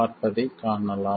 பார்ப்பதைக் காணலாம்